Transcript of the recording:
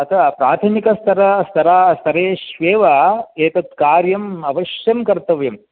अतः प्राथमिकस्तर स्तरा स्तरेष्वेव एतत् कार्यम् अवश्यं कर्तव्यं